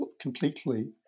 completely